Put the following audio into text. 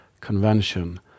convention